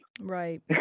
Right